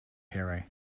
hero